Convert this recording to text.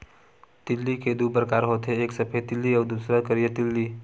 तिली के दू परकार होथे एक सफेद तिली अउ दूसर करिया तिली